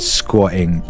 squatting